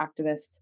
activists